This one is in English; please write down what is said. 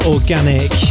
Organic